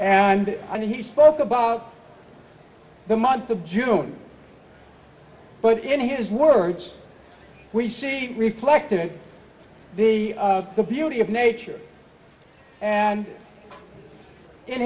me and he spoke about the month of june but in his words we see reflected in the beauty of nature and in